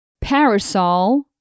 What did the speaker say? parasol